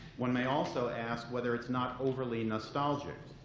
one may also ask whether it's not overly nostalgic,